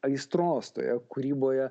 aistros toje kūryboje